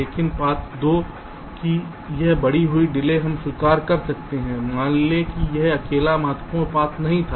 लेकिन पाथ 2 की यह बढ़ी हुई डिले हम स्वीकार कर सकते हैं मान लें कि यह अकेला महत्वपूर्ण पाथ नहीं था